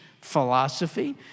philosophy